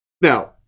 Now